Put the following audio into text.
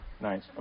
nice